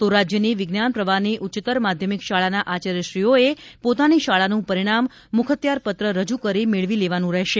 તો રાજ્યની વિજ્ઞાન પ્રવાહની ઉચ્ચતર માધ્યમિક શાળાના આચાર્યશ્રીઓએ પોતાની શાળાનું પરિજ્ઞામ મુખત્યાર પત્ર રજ્ કરી મેળવી લેવાનું રહેશે